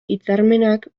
hitzarmenak